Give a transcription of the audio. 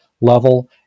level